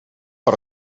per